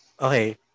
Okay